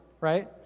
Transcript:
right